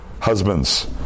husbands